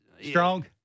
Strong